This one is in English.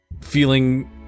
feeling